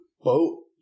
boat